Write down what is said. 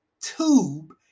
tube